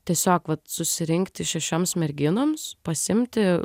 tiesiog vat susirinkti šešioms merginoms pasiimti